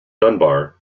dunbar